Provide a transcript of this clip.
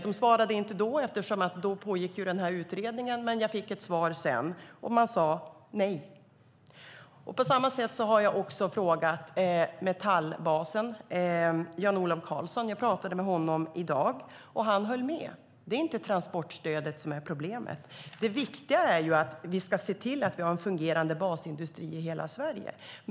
Jag fick inget svar då eftersom utredningen pågick, men jag fick svar senare. Man svarade: Nej. Jag har också ställt frågan till Metallklubbens ordförande Jan-Olov Carlsson. Jag pratade med honom i dag, och han höll med. Det är inte transportstödet som är problemet. Det viktiga är ju att se till att vi har en fungerande basindustri i hela Sverige.